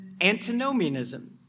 antinomianism